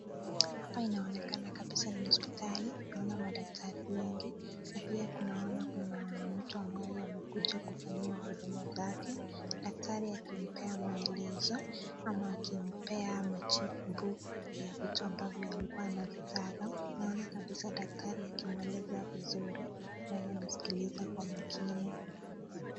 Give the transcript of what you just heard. Hapa inaonekana kabisa ni hospitali naona madaktari wengi na pia naona kuna mtu ambaye amekuja kufanyiwa huduma zake. Daktari akimpea maelezo ama akimpea majibu ya vitu ambavyo alikuwa anazitaka naona kabisa daktari akimweleza vizuri naye anaskiliza kwa makini.